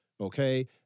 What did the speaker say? okay